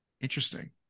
Interesting